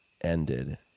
ended